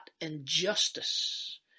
injustice